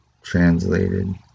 translated